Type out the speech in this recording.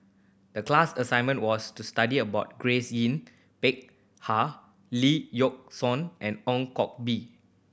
the class assignment was to study about Grace Yin Peck Ha Lee Yock Suan and Ong Koh Bee